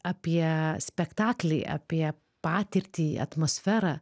apie spektaklį apie patirtį atmosferą